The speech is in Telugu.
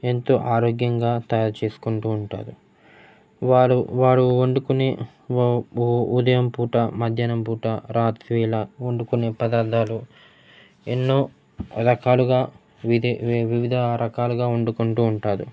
ఎంతో ఆరోగ్యంగా తయారు చేసుకుంటూ ఉంటారు వారు వారు వండుకునే ఉదయం పూట మధ్యాహ్నం పూట రాత్రిలా వండుకునే పదార్థాలు ఎన్నో రకాలుగా విదే వివిధ రకాలుగా వండుకుంటూ ఉంటాారు